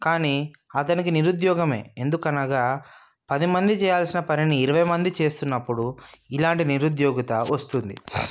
కానీ అతనికి నిరుద్యోగమే ఎందుకనగా పది మంది చేయాల్సిన పనిని ఇరవై మంది చేస్తున్నప్పుడు ఇలాంటి నిరుద్యోగిత వస్తుంది